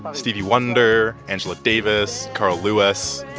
um stevie wonder, angela davis, carl lewis.